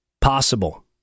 possible